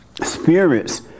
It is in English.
spirits